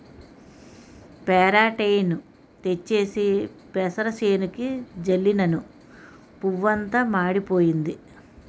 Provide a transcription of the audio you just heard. పెరాటేయిన్ తెచ్చేసి పెసరసేనుకి జల్లినను పువ్వంతా మాడిపోయింది